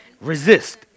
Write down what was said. Resist